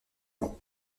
vent